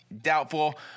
Doubtful